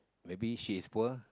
maybe she's poor